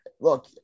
look